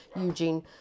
eugene